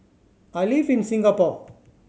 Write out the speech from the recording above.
I live in Singapore